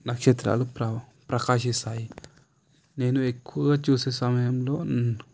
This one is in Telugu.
నక్షత్రాలు ప్రకాశిస్తాయి నేను ఎక్కువగా చూసే సమయంలో